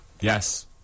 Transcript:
Yes